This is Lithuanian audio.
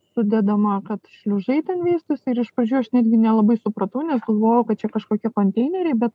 sudedama kad šliužai ten veistųs ir iš pradžių aš netgi nelabai supratau nes galvojau kad čia kažkokie konteineriai be